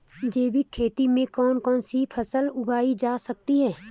जैविक खेती में कौन कौन सी फसल उगाई जा सकती है?